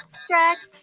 stretch